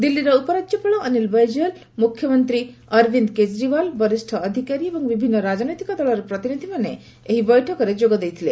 ଦିଲ୍ଲୀର ଉପରାଜ୍ୟପାଳ ଅନୀଲ ବୈଜଲ ମୁଖ୍ୟମନ୍ତ୍ରୀ ଅରବିନ୍ଦ କେଜରିଓ୍ବାଲ ବରିଷ୍ଠ ଅଧିକାରୀ ଏବଂ ବିଭିନ୍ନ ରାଜନୈତିକ ଦଳର ପ୍ରତିନିଧିମାନେ ଏହି ବୈଠକରେ ଯୋଗ ଦେଇଥିଲେ